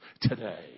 today